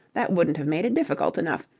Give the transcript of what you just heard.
that wouldn't have made it difficult enough.